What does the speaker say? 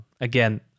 Again